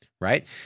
right